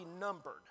numbered